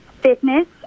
fitness